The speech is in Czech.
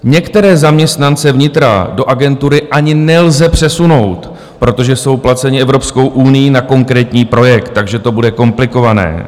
Některé zaměstnance vnitra do agentury ani nelze přesunout, protože jsou placeni Evropskou unií na konkrétní projekt, takže to bude komplikované.